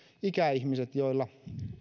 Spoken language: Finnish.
ikäihmiset joilla